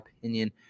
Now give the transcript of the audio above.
opinion